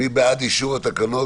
מי בעד אישור התקנות?